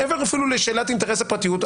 מעבר אפילו לשאלת אינטרס הפרטיות.